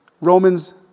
Romans